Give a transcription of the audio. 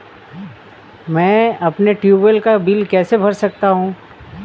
मैं अपने ट्यूबवेल का बिल कैसे भर सकता हूँ?